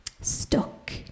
stuck